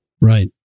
right